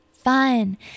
fun